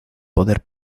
poder